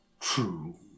true